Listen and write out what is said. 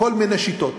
כל מיני שיטות.